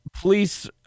police